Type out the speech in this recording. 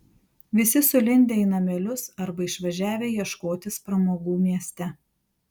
visi sulindę į namelius arba išvažiavę ieškotis pramogų mieste